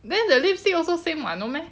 then the lipstick also same [what] no meh